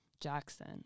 Jackson